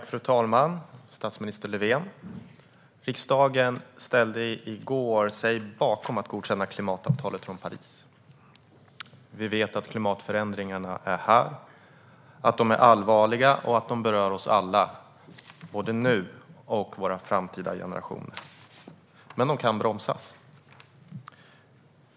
Fru talman och statsminister Löfven! Riksdagen ställde sig i går bakom att godkänna klimatavtalet från Paris. Vi vet att klimatförändringarna är här, att de är allvarliga och att de berör oss alla både nu och i framtida generationer. Men de kan bromsas.